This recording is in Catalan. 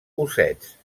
ossets